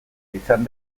izan